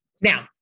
Now